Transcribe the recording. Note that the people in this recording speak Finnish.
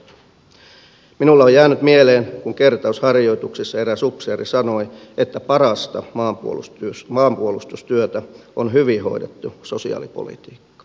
minulle on jäänyt mieleen kun kertausharjoituksissa eräs upseeri sanoi että parasta maanpuolustustyötä on hyvin hoidettu sosiaalipolitiikka